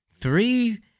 Three